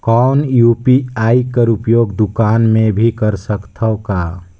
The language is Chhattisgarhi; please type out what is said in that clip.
कौन मै यू.पी.आई कर उपयोग दुकान मे भी कर सकथव का?